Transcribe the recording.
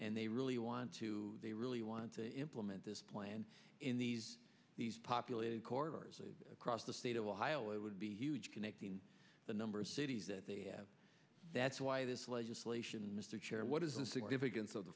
and they really want to they really want to implement this plan in these these populated corridors across the state of ohio it would be huge connecting the number of cities that they have that's why this legislation mr chair what is the significance of the